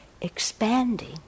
expanding